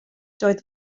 doedd